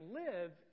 live